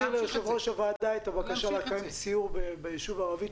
אני אעביר ליושב-ראש הוועדה את הבקשה לקיים סיור ביישוב ערבי.